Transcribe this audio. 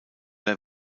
oder